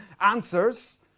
answers